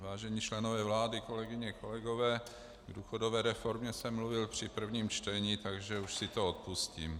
Vážení členové vlády, kolegyně, kolegové, k důchodové reformě jsem mluvil při prvním čtení, takže už si to odpustím.